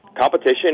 competition